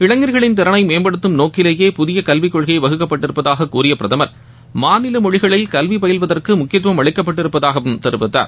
இளைஞர்களின் திறனை மேம்படுத்தும் நோக்கிலேயே புதிய கல்விக் கொள்கை வகுக்கப்பட்டிருப்பதாக கூறிய பிரதமர் மாநில மொழிகளில் கல்வி பயில்வதற்கு முக்கியத்துவம் அளிக்கப்பட்டிருப்பதாகவும் தெரிவித்தார்